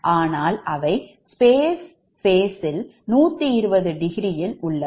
ஆனால் அவை space phase ல் 120∘ ல் உள்ளது